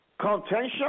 Contention